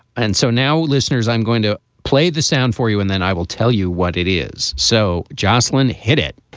and so now, listeners, i'm going to play the sound for you, and then i will tell you what it is. so josslyn, hit it